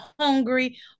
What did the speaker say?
hungry